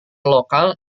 lokal